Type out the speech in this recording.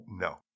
No